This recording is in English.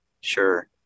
Sure